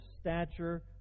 stature